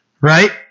right